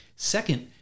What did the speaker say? Second